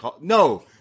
No